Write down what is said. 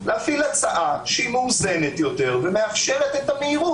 להפעיל הצעה שהיא מאוזנת יותר ומאפשרת את המהירות.